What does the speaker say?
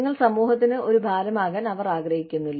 നിങ്ങൾ സമൂഹത്തിന് ഒരു ഭാരമാകാൻ അവർ ആഗ്രഹിക്കുന്നില്ല